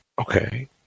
Okay